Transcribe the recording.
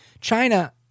China